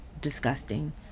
disgusting